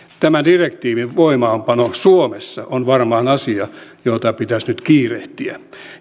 tämän direktiivin voimaanpano suomessa on varmaan asia jota pitäisi nyt kiirehtiä